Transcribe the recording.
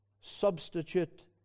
substitute